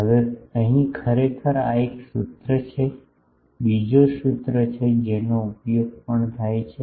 હવે અહીં ખરેખર આ એક સૂત્ર છે બીજો સૂત્ર છે જેનો ઉપયોગ પણ થાય છે